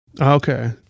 Okay